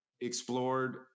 explored